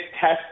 test